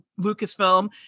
Lucasfilm